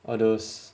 all those